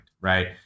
right